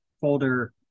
folder